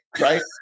right